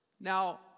now